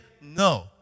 No